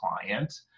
client